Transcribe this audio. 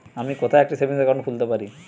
আমি কোথায় একটি সেভিংস অ্যাকাউন্ট খুলতে পারি?